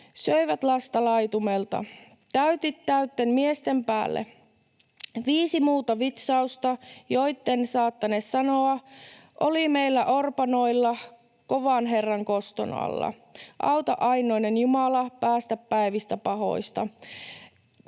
söivät lasta laitumella / täytit täytten miesten päälle. / Viisi muuta vitsausta / joit’ en saattane sanoa / oli meillä orpanoilla / kovan Herran koston alla. // Auta ainoinen Jumala / päästä päivistä pahoista!”